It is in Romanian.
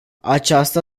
acesta